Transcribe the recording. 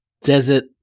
Desert